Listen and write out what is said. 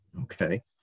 okay